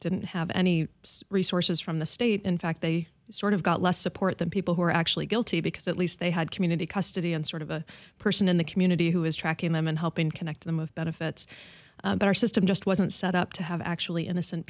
didn't have any resources from the state in fact they sort of got less support than people who are actually guilty because at least they had community custody and sort of a person in the community who is tracking them and helping connect them of benefits but our system just wasn't set up to have actually innocent